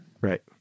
Right